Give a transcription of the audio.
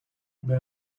may